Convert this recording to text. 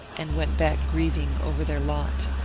and went back grieving over their lot.